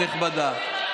נכבדה,